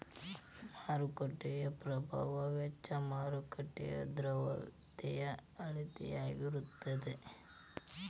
ಮಾರುಕಟ್ಟೆ ಪ್ರಭಾವ ವೆಚ್ಚ ಮಾರುಕಟ್ಟೆಯ ದ್ರವ್ಯತೆಯ ಅಳತೆಯಾಗಿರತದ